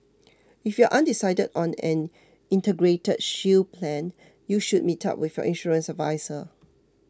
if you are undecided on an Integrated Shield Plan you should meet up with your insurance adviser